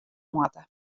moatte